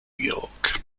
york